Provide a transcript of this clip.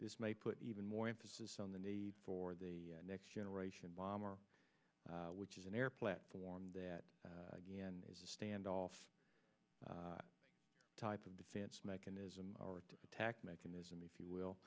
this may put even more emphasis on the need for the next generation bomber which is an air platform that is a stand off type of defense mechanism of attack mechanism if you will